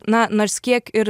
na nors kiek ir